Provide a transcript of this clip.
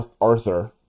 Arthur